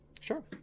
Sure